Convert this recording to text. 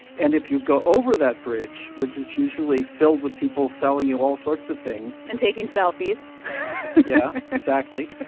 and if you go over that bridge, which is usually filled with people selling you all sorts of things. and taking selfies yeah, exactly.